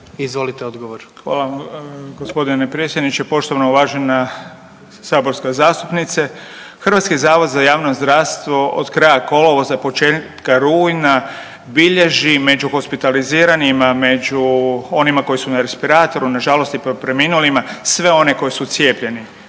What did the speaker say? Vili (HDZ)** Hvala vam g. predsjedniče. Poštovana uvažena saborska zastupnice. HZJZ od kraja kolovoza početka rujna bilježi među hospitaliziranim, među onima koji su na respiratoru nažalost i preminulima sve one koji su cijepljeni.